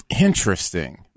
Interesting